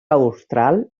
austral